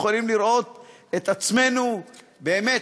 יכולים לראות את עצמנו באמת